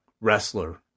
wrestler